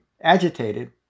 agitated